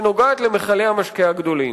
שנוגעת למכלי המשקה הגדולים.